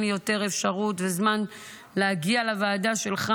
לי יותר אפשרות וזמן להגיע לוועדה שלך,